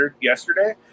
yesterday